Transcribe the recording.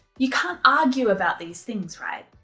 you can't argue about these things, right?